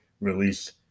release